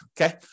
okay